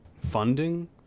funding